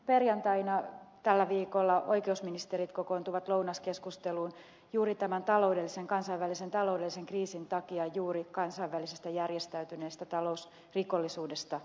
perjantaina tällä viikolla oikeusministerit kokoontuvat lounaskeskusteluun juuri tämän kansainvälisen taloudellisen kriisin takia kansainvälisestä järjestäytyneestä talousrikollisuudesta keskustelemaan